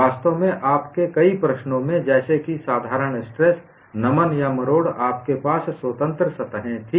वास्तव में आपके कई प्रश्नओं में जैसे कि साधारण स्ट्रेस नमन या मरोड़ आपके पास स्वतंत्र सतहें थीं